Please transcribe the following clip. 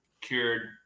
Cured